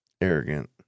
arrogant